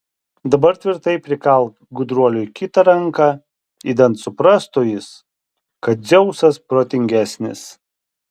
dabar tvirtai prikalk gudruoliui kitą ranką idant suprastų jis kad dzeusas protingesnis